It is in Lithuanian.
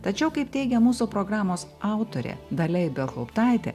tačiau kaip teigia mūsų programos autorė dalia ibelhauptaitė